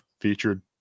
featured